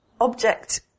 object